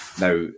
Now